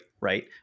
right